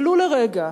ולו לרגע,